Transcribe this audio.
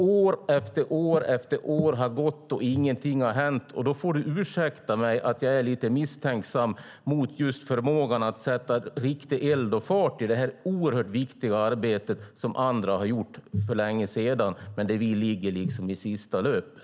År efter år har nämligen gått, och ingenting har hänt. Därför får Cecilia Widegren ursäkta att jag är lite misstänksam mot just förmågan att sätta riktig eld och fart i detta oerhört viktiga arbete som andra har gjort för länge sedan, men där vi ligger i sista löpet.